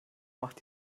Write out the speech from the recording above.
macht